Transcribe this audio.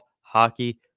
hockey